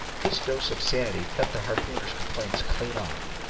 this dose of sanity cut the harpooner's complaints clean off.